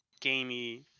gamey